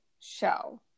show